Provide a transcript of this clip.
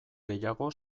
gehiago